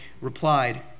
replied